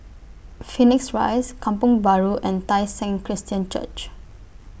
Phoenix Rise Kampong Bahru and Tai Seng Christian Church